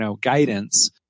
guidance